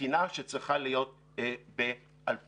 לתקינה שצריכה להיות ב-2020.